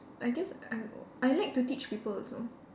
I guess I'll I like to teach people also